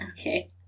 Okay